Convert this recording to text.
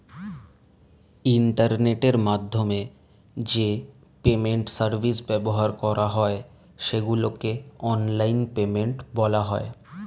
ইন্টারনেটের মাধ্যমে যে পেমেন্ট সার্ভিস ব্যবহার করা হয় সেগুলোকে অনলাইন পেমেন্ট বলা হয়